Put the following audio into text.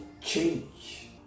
change